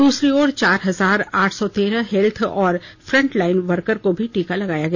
दूसरी ओर चार हजार आठ सौ तेरह हेल्थ और फ़ंट लाइन वर्कर को भी टीका लगाया गया